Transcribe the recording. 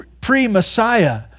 pre-Messiah